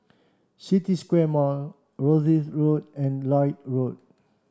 City Square Mall Rosyth Road and Lloyd Road